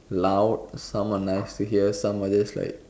loud some are nice to hear some are just like